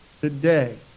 today